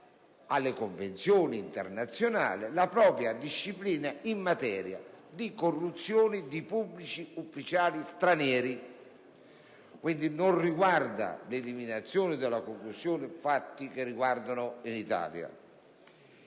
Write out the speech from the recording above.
alle Convenzioni internazionali la disciplina in materia di corruzione di pubblici ufficiali stranieri. Quindi, tale proposta non riguarda l'eliminazione della concussione per fatti che riguardano l'Italia.